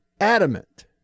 adamant